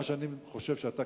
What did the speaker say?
מה שאני חושב שאתה,